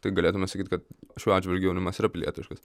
tai galėtume sakyt kad šiuo atžvilgiu jaunimas yra pilietiškas